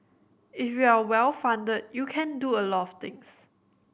if you are well funded you can do a lot things